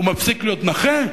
הוא מפסיק להיות נכה?